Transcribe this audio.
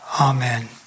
Amen